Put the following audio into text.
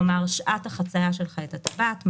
כלומר שעת החצייה שלך את הטבעת,